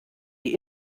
die